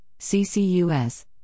ccus